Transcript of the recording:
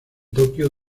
tokio